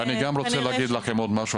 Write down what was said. --- ואני גם רוצה להגיד לכם עוד משהו.